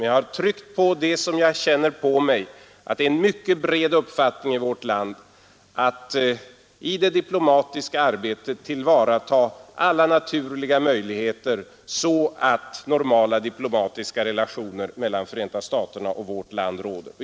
Jag har tryckt på att det är en mycket utbredd uppfattning i vårt land att man i det diplomatiska arbetet bör tillvarata alla naturliga möjligheter att återställa normala diplomatiska relationer mellan Förenta staterna och vårt land.